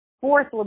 fourth